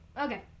Okay